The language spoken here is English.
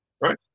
right